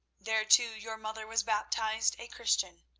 there too your mother was baptised a christian.